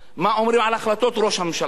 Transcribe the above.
מה אומרים על החלטות ראש הממשלה שלך.